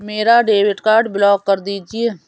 मेरा debit card block कर दीजिए